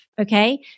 okay